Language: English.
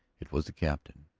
it was the captain.